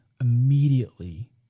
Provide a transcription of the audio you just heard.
immediately